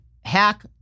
hack